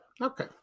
Okay